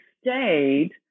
stayed